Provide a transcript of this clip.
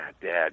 Dad